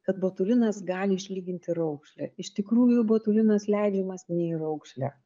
kad botulinas gali išlyginti raukšlę iš tikrųjų botulinas leidžiamas ne į raukšlę